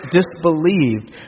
disbelieved